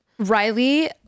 Riley